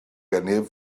gennyf